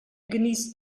genießt